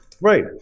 Right